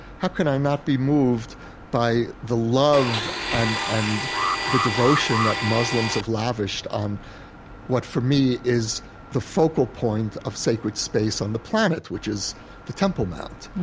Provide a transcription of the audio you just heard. how can i not be moved by the love and and the devotion that muslims have lavished on what for me is the focal point of sacred space on the planet, which is the temple mount.